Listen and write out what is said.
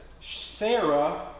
Sarah